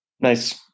Nice